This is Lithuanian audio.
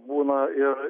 būna ir